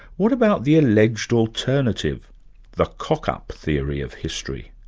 what about the alleged alternative the cock-up theory of history?